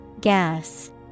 Gas